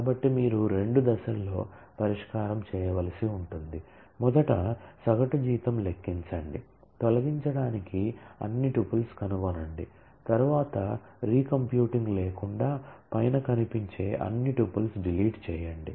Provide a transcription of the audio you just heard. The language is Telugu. కాబట్టి మీరు రెండు దశల్లో పరిష్కారం చేయవలసి ఉంటుంది మొదట సగటు జీతం లెక్కించండి డిలీట్ చేయండి